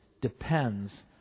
depends